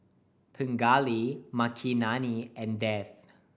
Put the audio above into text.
Pingali Makineni and Dev